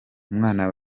umwana